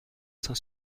saint